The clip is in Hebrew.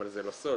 אבל זה לא סוד,